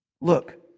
Look